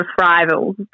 rival